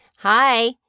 Hi